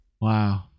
wow